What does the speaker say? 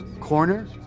corner